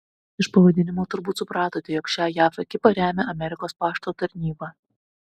iš pavadinimo turbūt supratote jog šią jav ekipą remia amerikos pašto tarnyba